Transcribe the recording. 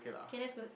okay that's good